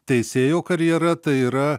teisėjo karjera tai yra